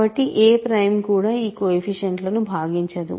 కాబట్టి ఏ ప్రైమ్ కూడా ఈ కొయెఫిషియంట్ లను భాగించదు